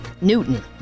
Newton